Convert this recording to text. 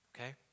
okay